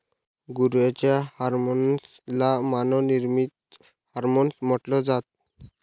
गुरांच्या हर्मोन्स ला मानव निर्मित हार्मोन्स म्हटल जात